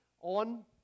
on